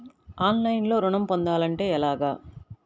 ఆన్లైన్లో ఋణం పొందాలంటే ఎలాగా?